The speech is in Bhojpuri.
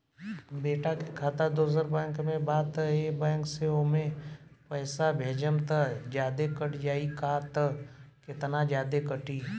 बेटा के खाता दोसर बैंक में बा त ए बैंक से ओमे पैसा भेजम त जादे कट जायी का त केतना जादे कटी?